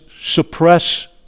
suppress